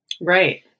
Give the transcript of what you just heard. Right